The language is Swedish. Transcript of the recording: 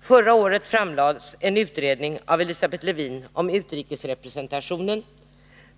Förra året framlades en utredning av Elisabeth Lewin om utrikesrepresentationen,